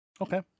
okay